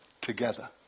together